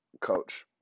coach